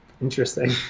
interesting